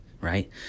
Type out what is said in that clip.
Right